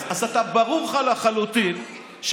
אז ברור לך לחלוטין,